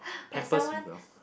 pampers you well